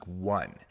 one